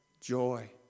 joy